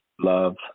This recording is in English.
love